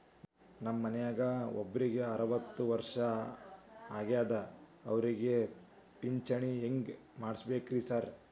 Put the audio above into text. ನಮ್ ಮನ್ಯಾಗ ಒಬ್ರಿಗೆ ಅರವತ್ತ ವರ್ಷ ಆಗ್ಯಾದ ಅವ್ರಿಗೆ ಪಿಂಚಿಣಿ ಹೆಂಗ್ ಮಾಡ್ಸಬೇಕ್ರಿ ಸಾರ್?